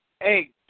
Hey